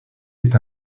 est